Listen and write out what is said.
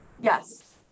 Yes